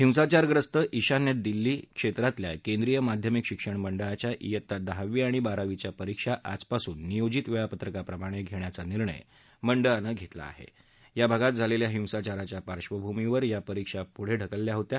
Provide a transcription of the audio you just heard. हिंसाचार्यस्त ईशान्य दिल्ली क्षम्रातल्या केंद्रीय माध्यमिक शिक्षण मंडळाच्या वित्ता दहावी आणि बारावीच्या परीक्षा आजपासून नियोजित वळ्विपत्रकाप्रमाण ट्विख्वाचा निर्णय मंडळानं घेतका आह आ भागात झालल्या हिसाचाराच्या पार्बभूमीवर या परीक्षा पुढविकलल्या होत्या